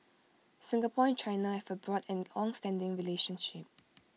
Singapore and China have A broad and longstanding relationship